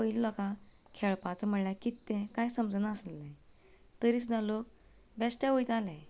पयलीं लोकांक खेळपाचो म्हळ्यार कितें तें कांय समजनासलें तरी आसतना लोक बेश्टे वयताले